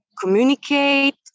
communicate